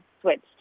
switched